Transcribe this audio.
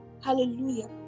Hallelujah